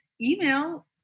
email